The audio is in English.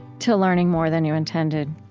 to learning more than you intended.